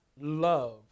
love